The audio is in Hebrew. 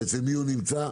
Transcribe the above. אצל מי הוא נמצא?